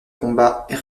combat